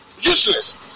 Useless